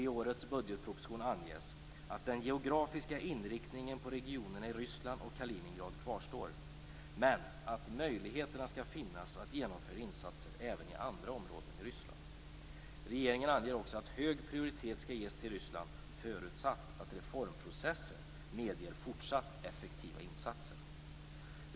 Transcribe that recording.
I årets budgetproposition anges att den geografiska inriktningen på regionerna i Ryssland och Kaliningrad kvarstår, men att möjligheterna skall finnas att genomföra insatser även i andra områden i Ryssland. Regeringen anger också att hög prioritet skall ges till Ryssland förutsatt att reformprocessen medger fortsatt effektiva insatser.